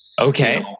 Okay